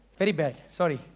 very bad, sorry